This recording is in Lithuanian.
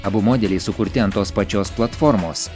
abu modeliai sukurti ant tos pačios platformos